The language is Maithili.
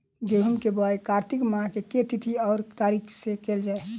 गेंहूँ केँ बोवाई कातिक मास केँ के तिथि वा तारीक सँ कैल जाए?